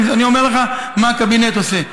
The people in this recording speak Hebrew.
אני אומר לך מה הקבינט עושה.